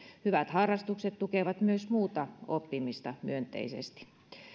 hyvät harrastukset tukevat myös muuta oppimista myönteisesti